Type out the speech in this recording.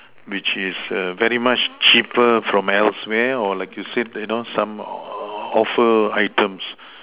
which is very much cheaper from elsewhere or like you said you know some offer items